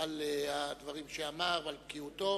על הדברים שאמר ועל בקיאותו,